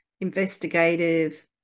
investigative